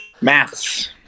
Maths